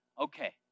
Okay